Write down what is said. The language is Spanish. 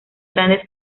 grandes